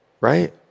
right